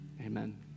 Amen